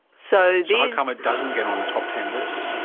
so yeah how come it doesn't get on the top ten list?